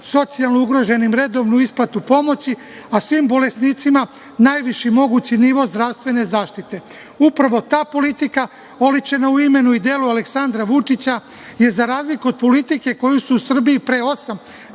socijalno ugroženim redovnu isplatu pomoći, a svim bolesnicima najviši mogući nivo zdravstvene zaštite. Upravo ta politika oličena u imenu i delu Aleksandra Vučića je, za razliku od politike koju su u Srbiji pre osam,